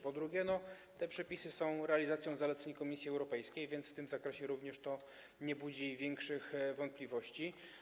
Po drugie, te przepisy są realizacją zaleceń Komisji Europejskiej, więc w tym zakresie również to nie budzi większych wątpliwości.